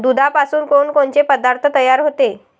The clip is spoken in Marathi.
दुधापासून कोनकोनचे पदार्थ तयार होते?